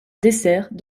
dessert